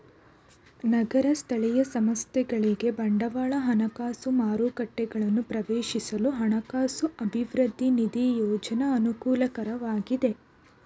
ನಗರ ಸ್ಥಳೀಯ ಸಂಸ್ಥೆಗಳಿಗೆ ಬಂಡವಾಳ ಹಣಕಾಸು ಮಾರುಕಟ್ಟೆಗಳನ್ನು ಪ್ರವೇಶಿಸಲು ಹಣಕಾಸು ಅಭಿವೃದ್ಧಿ ನಿಧಿ ಯೋಜ್ನ ಅನುಕೂಲಕರವಾಗಿದೆ